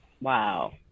Wow